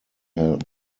help